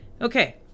okay